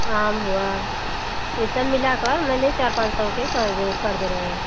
आम हुआ ये सब मिला कर मैंने चार पाँच सौ कर दें कर दे रहे हैं